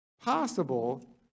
possible